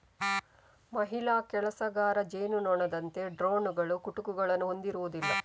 ಮಹಿಳಾ ಕೆಲಸಗಾರ ಜೇನುನೊಣದಂತೆ ಡ್ರೋನುಗಳು ಕುಟುಕುಗಳನ್ನು ಹೊಂದಿರುವುದಿಲ್ಲ